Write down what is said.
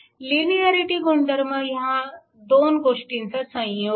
linearity गुणधर्म हा दोन गोष्टींचा संयोग आहे